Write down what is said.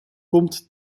komt